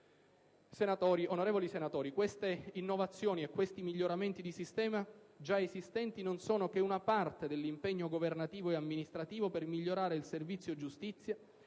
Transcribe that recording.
Onorevoli senatori, queste innovazioni e questi miglioramenti di sistema già esistenti non sono che una parte dell'impegno governativo e amministrativo per migliorare il servizio giustizia